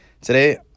Today